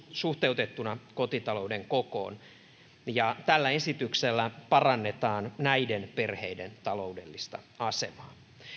suhteutettuna kotitalouden kokoon tällä esityksellä parannetaan näiden perheiden taloudellista asemaa